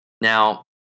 now